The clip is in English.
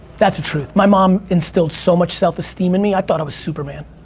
that's the truth. my mom instilled so much self esteem in me, i thought i was superman,